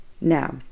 Now